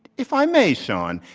if i may, shaun,